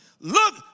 Look